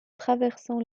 traversant